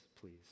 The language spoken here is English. please